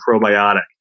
probiotic